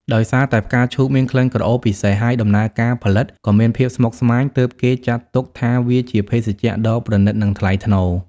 ដោយសារតែផ្កាឈូកមានក្លិនក្រអូបពិសេស ហើយដំណើរការផលិតក៏មានភាពស្មុគស្មាញ ទើបគេចាត់ទុកថាវាជាភេសជ្ជៈដ៏ប្រណីតនិងថ្លៃថ្នូរ។